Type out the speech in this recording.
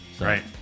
Right